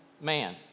man